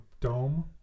dome